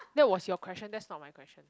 that was your question that's not my question